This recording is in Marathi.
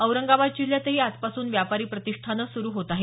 औरंगाबाद जिल्ह्यातही आजपासून व्यापारी प्रतिष्ठानं सुरु होत आहेत